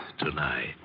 tonight